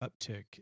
uptick